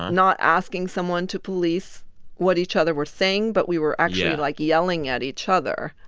not asking someone to police what each other were saying, but we were actually, like, yelling at each other.